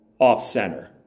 off-center